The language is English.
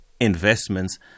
investments